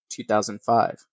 2005